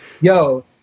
yo